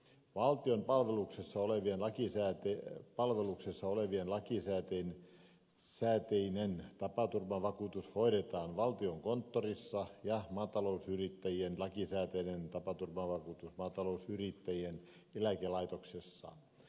valtion palveluksessa olevien lakisääteinen tapaturmavakuutus hoidetaan valtiokonttorissa ja maatalousyrittäjien lakisääteinen tapaturmavakuutus maatalousyrittäjien eläkelaitoksessa